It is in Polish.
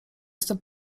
jestem